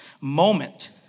moment